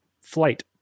flight